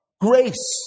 grace